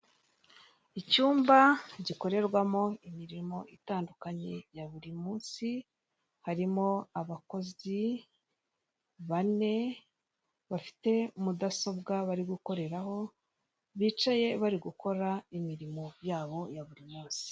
Icyumba gikorerwamo imirimo itandukanye ya buri munsi, harimo abakozi bane bafite mudasobwa bari gukoreraho, bicaye bari gukora imirimo yabo ya buri munsi.